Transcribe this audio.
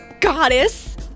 goddess